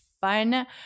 fun